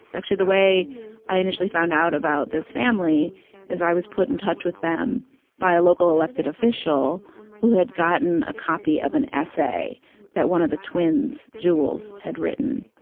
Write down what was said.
actually, the way i initially found out about this family is i was put in touch with them by a local elected official who had gotten a copy of an essay that one of the twins, jules, had written.